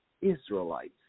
Israelites